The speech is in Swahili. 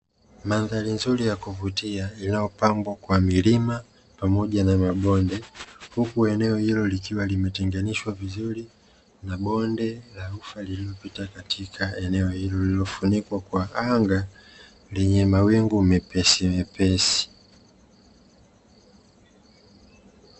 Mandhari nzuri ya kuvutia iliyopambwa kwa milima pamoja na mabonde huku eneo hilo likiwa, limetenganishwa vizuri na bonde la ufa lililopita katika eneo hilo lililofunikwa kwa anga lenye mawingu mepesimepesi.